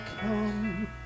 come